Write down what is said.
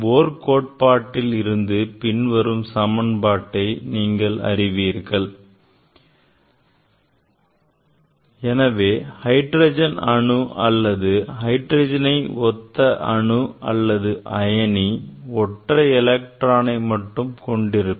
Bohr கோட்பாட்டில் இருந்து பின்வரும் சமன்பாட்டை நீங்கள் அறிவீர்கள் அதாவது 1 by lambda wave number சமம் Z square R 1 by n 1 square minus 1 by n 2 square எனவே ஹைட்ரஜன் அணு அல்லது ஹைட்ரஜனை ஒத்த அணு அல்லது அயனி ஒற்றை எலக்ட்ரானை மட்டுமே கொண்டிருக்கும்